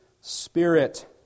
Spirit